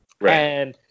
Right